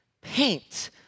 paint